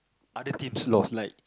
other team's loss like